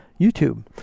youtube